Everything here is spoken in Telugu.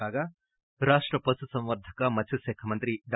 కాగా రాష్ట్ పశుసంవర్దక మత్స్య శాఖ మంత్రి డా